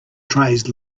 trays